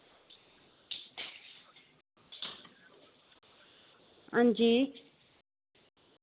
हां जी